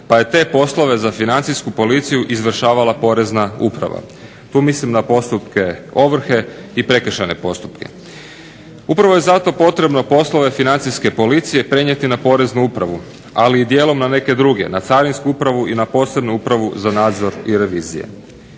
pa je te poslove za Financijsku policiju izvršavala Porezna uprava. Tu mislim na postupke ovrhe i prekršajne postupke. Upravo je zato potrebno poslove Financijske policije prenijeti na Poreznu upravu, ali i dijelom na neke druge, na Carinsku upravu i na Posebnu upravu za nadzor i revizije.